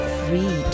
free